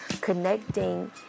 connecting